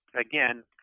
again